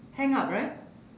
hang up right